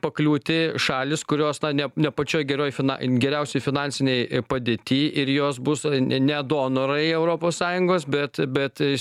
pakliūti šalys kurios na ne ne pačioj gerojo finan geriausioj finansinėj padėty ir jos bus n ne donorai europos sąjungos bet bet